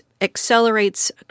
accelerates